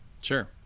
Sure